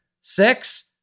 six